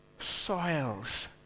soils